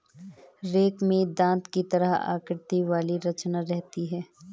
rake में दाँत की तरह आकृति वाली रचना रहती है